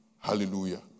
Hallelujah